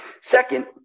Second